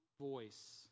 voice